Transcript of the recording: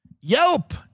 Yelp